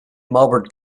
melbourne